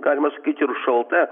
galima sakyti ir šalta